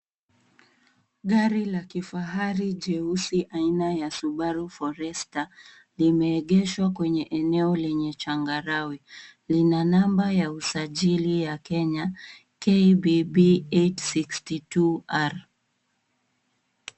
Gari la kifahari jeusi aina ya Subaru Forester limeegeshwa kwenye eneo lenye changarawe. Lina namba ya usajili ya Kenya KBB 862R.